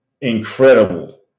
incredible